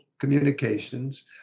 communications